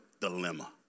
dilemma